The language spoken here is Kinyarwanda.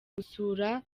gusura